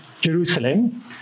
Jerusalem